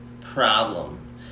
problem